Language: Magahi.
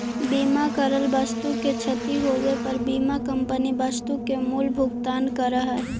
बीमा करल वस्तु के क्षती होवे पर बीमा कंपनी वस्तु के मूल्य भुगतान करऽ हई